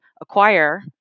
acquire